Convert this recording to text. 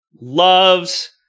Loves